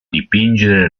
dipingere